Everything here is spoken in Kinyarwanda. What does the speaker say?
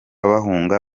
bahunga